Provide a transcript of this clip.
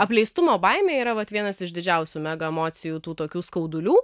apleistumo baimė yra vat vienas iš didžiausių mega emocijų tų tokių skaudulių